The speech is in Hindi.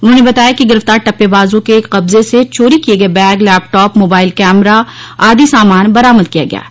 उन्होंने बताया कि गिरफ्तार टप्पेबाजों के कब्जे से चोरी किये गये बैग लैपटाप मोबाइल कैमरा आदि सामान बरामद किया गया हैं